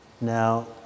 Now